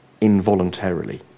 involuntarily